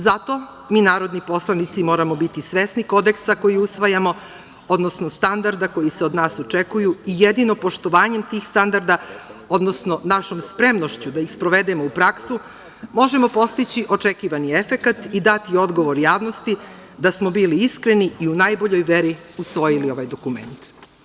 Zato mi narodni poslanici moramo biti svesni Kodeksa koji usvajamo, odnosno standarda koji se od nas očekuju i jedino poštovanjem tih standarda, odnosno našom spremnošću da ih sprovedemo u praksu možemo postići očekivani efekat i dati odgovor javnosti da smo bili iskreni i u najboljoj veri usvojili ovaj dokument.